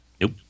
Nope